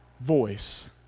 voice